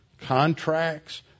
contracts